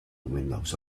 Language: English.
windows